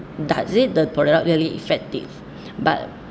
does it the product really effective but